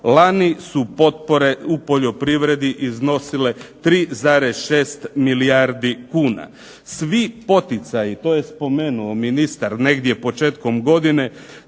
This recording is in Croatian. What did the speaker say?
Lani su potpore u poljoprivredi iznosile 3,6 milijardi kuna. Svi poticaji, to je spomenuo ministar negdje početkom godine.